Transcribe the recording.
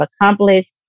accomplished